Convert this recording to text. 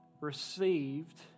received